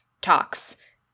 talks